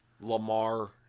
Lamar